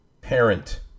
parent